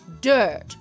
dirt